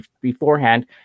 beforehand